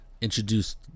introduced